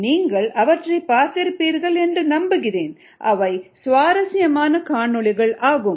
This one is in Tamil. நீங்கள் அவற்றைப் பார்த்திருப்பீர்கள் என்று நம்புகிறேன் அவை சுவாரஸ்யமான காணொளிகள் ஆகும்